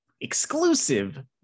exclusive